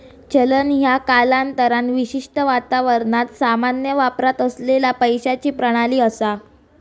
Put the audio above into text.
चलन ह्या कालांतरान विशिष्ट वातावरणात सामान्य वापरात असलेला पैशाची प्रणाली असा